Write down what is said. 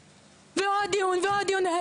עוד דיון ועוד דיון.